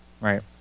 Right